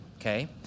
okay